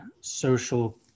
social